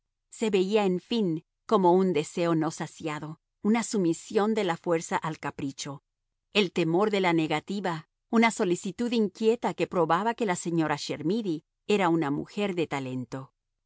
se veía en fin como un deseo no saciado una sumisión de la fuerza al capricho el temor de la negativa una solicitud inquieta que probaba que la señora chermidy era una mujer de talento